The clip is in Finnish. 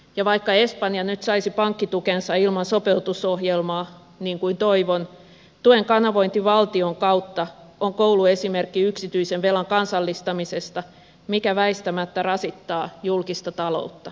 ja vaikka espanja nyt saisi pankkitukensa ilman sopeutusohjelmaa niin kuin toivon tuen kanavointi valtion kautta on kouluesimerkki yksityisen velan kansallistamisesta mikä väistämättä rasittaa julkista taloutta